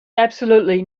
absolutely